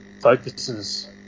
focuses